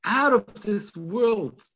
out-of-this-world